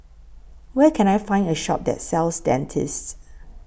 Where Can I Find A Shop that sells Dentiste